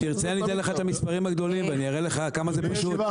אם תרצה אני אתן לך את המספרים הגדולים ואני אראה לך כמה זה פשוט.